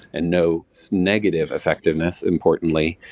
and no negative effectiveness importantly,